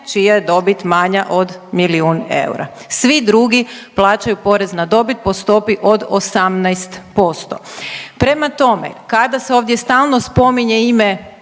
čija je dobit manja od milijun eura. Svi drugi plaćaju porez na dobit po stopi od 18%. Prema tome, kada se ovdje stalno spominje ime